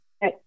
Hey